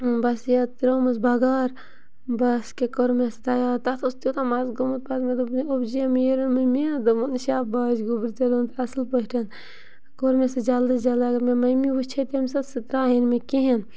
بَس یہِ ترٛٲومٕس بَغار بَس کیٛاہ کوٚر مےٚ سُہ تیار تَتھ اوس تیوٗتاہ مَزٕ گوٚمُت پَتہٕ مےٚ دوٚپ ابوٗجِیا میرن مے مےٚ دوٚپُن شاباش گوٚبر ژےٚ روٚنُتھ اَصٕل پٲٹھۍ کوٚر مےٚ سُہ جلدی جلدی اگر مےٚ مٔمی وٕچھِہے تیٚمہِ ساتہٕ سُہ ترٛایہِ ہے نہٕ مےٚ کِہیٖنۍ